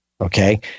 Okay